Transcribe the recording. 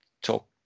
talk